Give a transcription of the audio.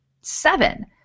Seven